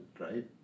right